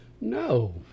No